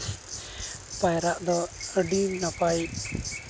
ᱯᱟᱭᱨᱟᱜ ᱫᱚ ᱟᱹᱰᱤ ᱱᱟᱯᱟᱭ